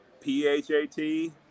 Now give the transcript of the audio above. P-H-A-T